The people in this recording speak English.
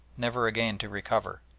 never again to recover.